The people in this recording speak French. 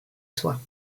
soi